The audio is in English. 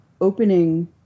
opening